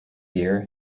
year